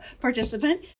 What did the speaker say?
participant